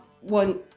one